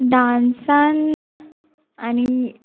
डांसान आनी